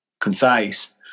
concise